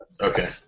Okay